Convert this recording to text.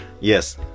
yes